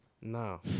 No